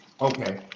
Okay